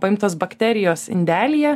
paimtos bakterijos indelyje